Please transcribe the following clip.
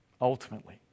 ultimately